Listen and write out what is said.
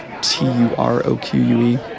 T-U-R-O-Q-U-E